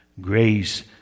grace